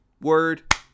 word